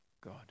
God